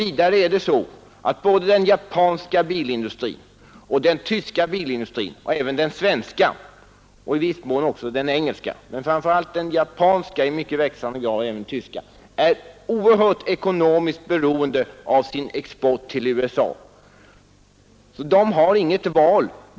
Vidare är framför allt den japanska bilindustrin och i växande grad den tyska bilindustrin men även den svenska och i viss mån den engelska oerhört ekonomiskt beroende av export till USA. Företagen har inget val.